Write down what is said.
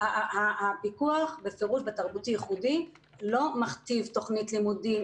הפיקוח בתרבותי-ייחודי בפירוש לא מכתיב תוכנית לימודים,